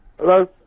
Hello